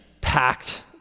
packed